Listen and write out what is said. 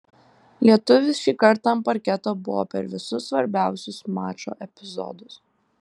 lietuvis šį kartą ant parketo buvo per visus svarbiausius mačo epizodus